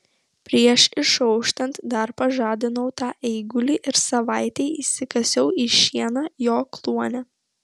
prieš išauštant dar pažadinau tą eigulį ir savaitei įsikasiau į šieną jo kluone